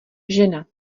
žena